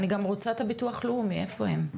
אני גם רוצה את ביטוח לאומי, איפה הם?